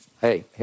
Hey